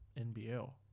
NBL